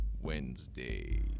Wednesday